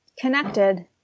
connected